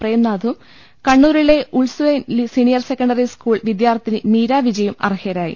പ്രേം നാഥും കണ്ണൂരിലെ Ursuline senior secondary school വിദ്യാർത്ഥിനി മീരാ വിജയും അർഹരായി